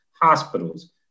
hospitals